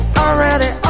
already